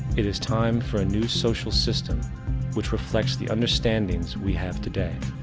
it is time for a new social system which reflects the understandings we have today.